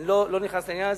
אני לא נכנס לעניין הזה,